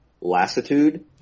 Lassitude